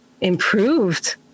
improved